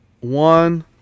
One